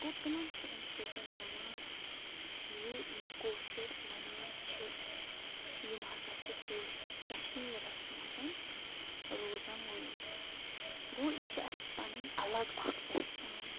گوٚو تِمَن چھِ اَمہِ سۭتۍ نَنان زِ یِم کٲشُر وَنان چھِ یِم ہَسا چھِ کٔش کَشمیٖرَس منٛز روزَن وٲلۍ گوٚو یہِ چھِ اَسہِ پَنٕنۍ اَلگ اَکھ پہچان